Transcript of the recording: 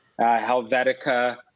Helvetica